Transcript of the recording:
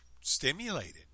stimulated